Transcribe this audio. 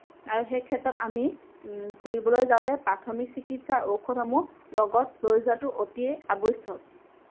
আৰু সেই ক্ষেত্ৰত আমি ফুৰিবলৈ যাওঁতে প্ৰাথমিক চিকিৎসাৰ ঔষধসমূহ লগত লৈ যোৱাতো অতিয়েই আৱশ্যক